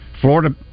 Florida